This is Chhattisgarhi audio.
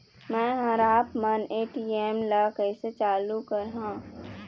मैं हर आपमन ए.टी.एम ला कैसे चालू कराहां?